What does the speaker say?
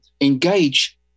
engage